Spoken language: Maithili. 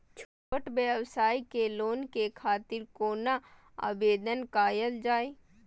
छोट व्यवसाय के लोन के खातिर कोना आवेदन कायल जाय?